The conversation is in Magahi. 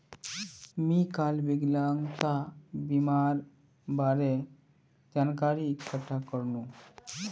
मी काल विकलांगता बीमार बारे जानकारी इकठ्ठा करनु